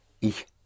ich